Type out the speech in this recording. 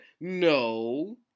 no